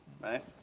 right